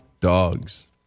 dogs